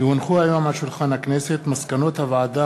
כי הונחו היום על שולחן הכנסת מסקנות הוועדה